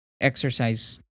exercise